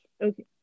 Okay